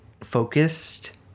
focused